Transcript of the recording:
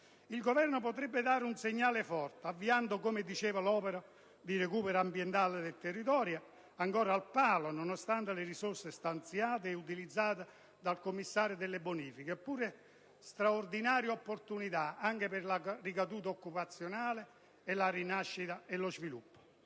Il Governo potrebbe dare un segnale forte, avviando, come dicevo, l'opera di recupero ambientale del territorio, ancora al palo nonostante le risorse stanziate ed utilizzate dal Commissariato bonifiche, eppure straordinaria opportunità, anche per le ricadute occupazionali, di rinascita e sviluppo.